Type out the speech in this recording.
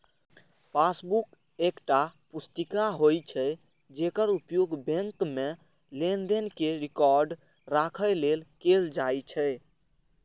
passbook एकटा पुस्तिका होइ छै, जेकर उपयोग बैंक मे लेनदेन के रिकॉर्ड राखै लेल कैल जाइ छै